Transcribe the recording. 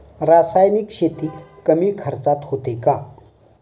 रासायनिक शेती कमी खर्चात होते का?